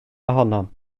ohonom